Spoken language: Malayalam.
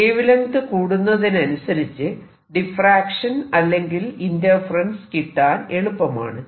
വേവ് ലെങ്ത് കൂടുന്നതിനനുസരിച്ച് ഡിഫ്റാക്ഷൻ അല്ലെങ്കിൽ ഇന്റർഫെറെൻസ് കിട്ടാൻ എളുപ്പമാണ്